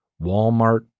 Walmart